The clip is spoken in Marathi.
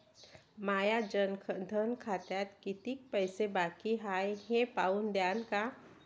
माया जनधन खात्यात कितीक पैसे बाकी हाय हे पाहून द्यान का?